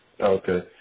Okay